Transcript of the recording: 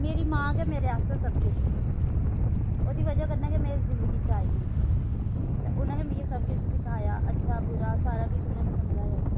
मेरी मां गै मेरे आस्तै सब कुछ ऐ ओह्दी वजह् कन्नै गै में इस जिंदगी च आई ही ते उन्नै गै मी सब कुछ सखाया अच्छा बुरा सारा किश उनें गै समझाया